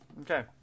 Okay